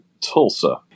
Tulsa